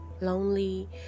lonely